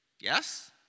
Yes